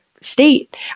state